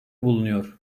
bulunuyor